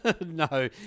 No